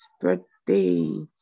birthday